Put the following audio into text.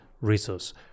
resource